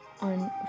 on